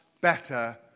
better